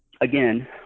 again